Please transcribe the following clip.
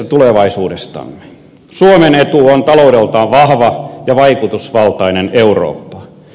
suomen etu on taloudeltaan vahva ja vaikutusvaltainen eurooppa